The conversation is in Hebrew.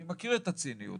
אני מכיר את הציניות,